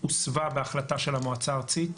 הוסבה בהחלטה של המועצה הארצית